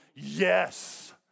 Yes